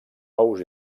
ous